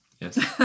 Yes